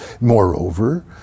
Moreover